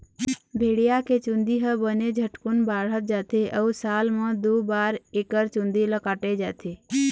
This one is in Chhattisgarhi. भेड़िया के चूंदी ह बने झटकुन बाढ़त जाथे अउ साल म दू बार एकर चूंदी ल काटे जाथे